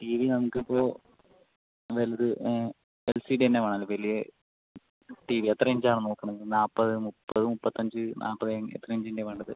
TV നമുക്ക് ഇപ്പോൾ വലുത് എൽ സി ഡി തന്നെ വേണം വലിയ ടിവി എത്ര ഇഞ്ച് ആണ് നോക്കണത് നാപ്പത് മുപ്പത് മുപ്പത്തഞ്ച് നാപ്പത് എത്ര ഇഞ്ചിൻ്റെയാണോ വേണ്ടത്